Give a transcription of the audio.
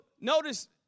notice